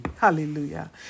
Hallelujah